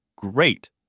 Great